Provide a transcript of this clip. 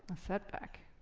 a setback.